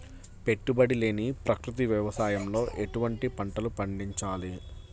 పెట్టుబడి లేని ప్రకృతి వ్యవసాయంలో ఎటువంటి పంటలు పండించాలి?